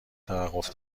توقف